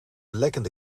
lekkende